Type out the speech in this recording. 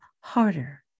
harder